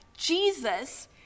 jesus